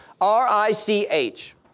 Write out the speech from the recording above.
R-I-C-H